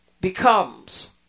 becomes